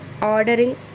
ordering